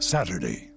Saturday